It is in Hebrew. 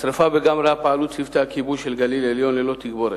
בשרפה בגמלא פעלו צוותי הכיבוי של הגליל העליון ללא תגבורת.